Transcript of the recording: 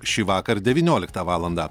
šįvakar devynioliktą valandą